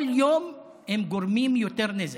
כל יום הם גורמים יותר נזק.